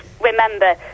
remember